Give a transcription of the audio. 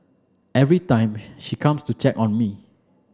every time she comes to check on me